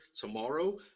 tomorrow